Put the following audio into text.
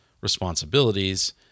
responsibilities